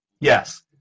Yes